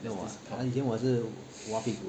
no ah 以前我是挖屁股